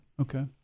okay